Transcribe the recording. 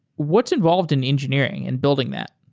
what's involved in engineering and building that?